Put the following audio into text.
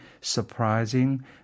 surprising